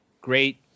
great